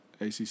ACC